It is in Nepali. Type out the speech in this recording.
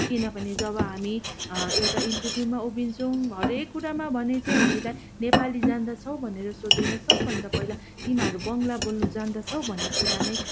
किनभने जब हामी एउटा इन्टरभ्यूमा उभिन्छौँ हरेक कुरामा भने चाहिँ नेपाली जान्दछौँ भनेर सोध्दैन सबभन्दा पहिला तिमीहरू बङ्गला बोल्न जान्दछौँ भन्ने कुरा नै